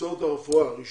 מקצועות הרפואה, רישוי,